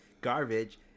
garbage